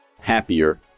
happier